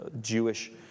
Jewish